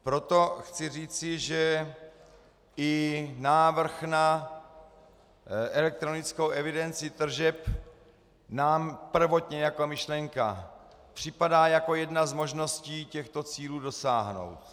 Proto chci říci, že i návrh na elektronickou evidenci tržeb nám prvotně jako myšlenka připadá jako jedna z možností těchto cílů dosáhnout.